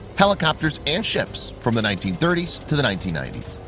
helicopters and ships from the nineteen thirty s to the nineteen ninety s.